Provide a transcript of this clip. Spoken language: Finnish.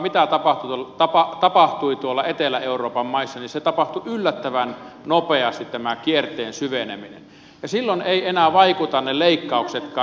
kun katsotaan mitä tapahtui tuolla etelä euroopan maissa niin tämä kierteen syveneminen tapahtui yllättävän nopeasti ja silloin eivät enää vaikuta ne leikkauksetkaan